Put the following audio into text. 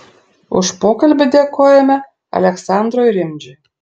už pokalbį dėkojame aleksandrui rimdžiui